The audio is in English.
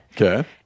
Okay